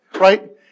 right